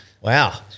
Wow